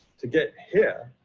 to get here,